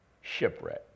shipwreck